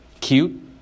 Cute